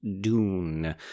Dune